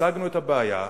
הצגנו את הבעיה,